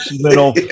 little